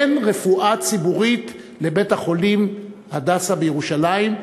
אין רפואה ציבורית לבית-החולים "הדסה" בירושלים,